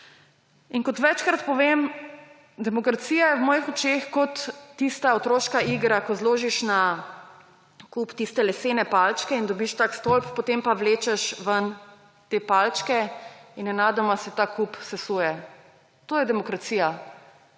In kot večkrat povem, demokracija je v mojih očeh kot tista otroška igra, ko zložiš na kup tiste lesene palčke in dobiš tak stolp, potem pa vlečeš ven te palčke in nenadoma se ta kup sesuje. To je demokracija.